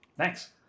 Thanks